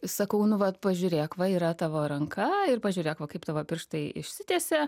sakau nu vat pažiūrėk va yra tavo ranka ir pažiūrėk va kaip tavo pirštai išsitiesia